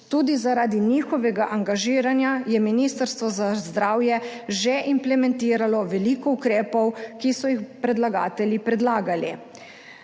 Tudi zaradi njihovega angažiranja je Ministrstvo za zdravje že implementiralo veliko ukrepov, ki so jih predlagali predlagatelji.